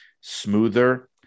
smoother